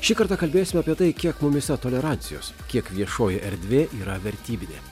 šį kartą kalbėsime apie tai kiek mumyse tolerancijos kiek viešoji erdvė yra vertybinė